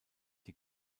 die